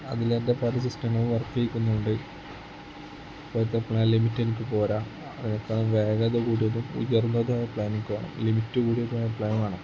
അതിൽ എൻ്റെ പല സിസ്റ്റങ്ങളും വർക്ക് ചെയ്യിക്കുന്നുണ്ട് ഇപ്പോഴത്തെ പ്ലാൻ ലിമിറ്റ് എനിക്ക് പോരാ അതൊക്കെ വേഗത കൂടിയതും ഉയർന്നതായ പ്ലാനിങ് വേണം ലിമിറ്റ് കൂടിയതായ പ്ലാൻ വേണം